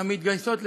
המתגייסות לצה"ל,